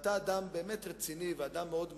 אתה באמת אדם רציני ומעמיק,